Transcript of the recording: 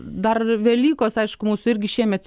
dar velykos aišku mūsų irgi šiemet